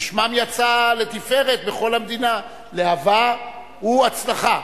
ששמן יצא לתפארת בכל המדינה, להב"ה הוא הצלחה.